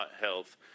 health